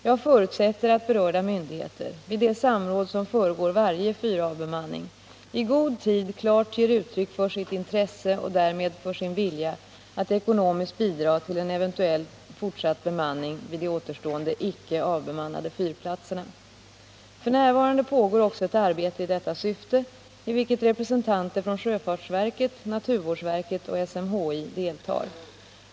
Jag förutsätter att berörda myndigheter — vid det samråd som föregår varje fyravbemanning — i god tid klart ger uttryck för sitt intresse och därmed för sin vilja att ekonomiskt bidra till en eventuell fortsatt bemanning vid de återstående icke avbemannade fyrplatserna. F. n. pågår också ett arbete i detta syfte i vilket representanter för sjöfartsverket, naturvårdsverket och SMHI deltar.